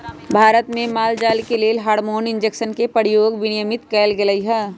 भारत में माल जाल के लेल हार्मोन इंजेक्शन के प्रयोग विनियमित कएल गेलई ह